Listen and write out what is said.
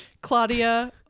Claudia